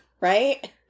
right